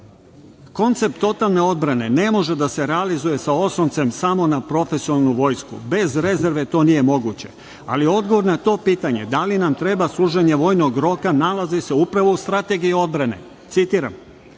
Koncept totalne odbrane ne može da se realizuje sa osloncem samo na profesionalnu vojsku, bez rezerve to nije moguće, ali odgovor na to pitanje da li nam treba služenje vojnog roka, nalazi se upravo u strategiji odbrane. Citiram